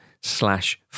slash